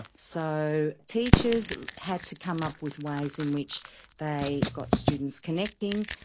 so teachers had to come up with ways in which they got students connecting,